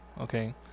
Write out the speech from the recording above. Okay